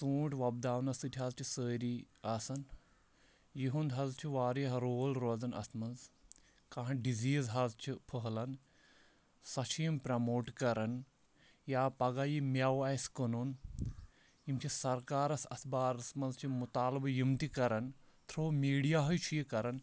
ژوٗنٛٹھۍ وۄپداونَس سۭتۍ حظ چھِ سٲری آسان یِہُنٛد حظ چھُ واریاہ رول روزان اَتھ منٛز کانٛہہ ڈِزِیٖز حظ چھِ پھٔہلان سۄ چھِ یِم پرٛموٹ کَران یا پَگاہ یہِ مٮ۪وٕ آسہِ کٕنُن یِم چھِ سَرکارَس اَتھ بارَس منٛز چھِ مُطالبہٕ یِم تہِ کَران تھرٛوٗ میٖڈیاہٕے چھُ یہِ کَران